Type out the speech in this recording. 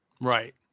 Right